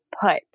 put